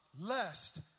lest